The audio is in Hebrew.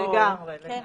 לגמרי, לגמרי,